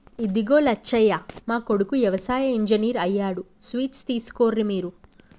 ఇదిగో లచ్చయ్య మా కొడుకు యవసాయ ఇంజనీర్ అయ్యాడు స్వీట్స్ తీసుకోర్రి మీరు